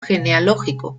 genealógico